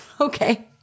okay